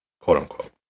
Quote-unquote